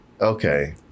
Okay